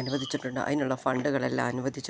അനുവദിച്ചിട്ടുണ്ട് അതിനുള്ള ഫണ്ടുകളെല്ലാം അനുവദിച്ചിട്ടുണ്ട്